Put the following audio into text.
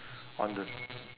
on the